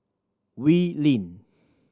Wee Lin